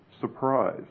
surprise